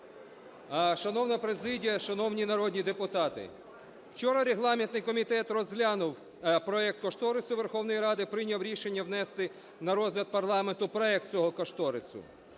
Шановна президія, шановні народні депутати! Вчора регламентний комітет розглянув проект кошторису Верховної Ради, прийняв рішення внести на розгляд парламенту проект цього кошторису.